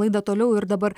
laidą toliau ir dabar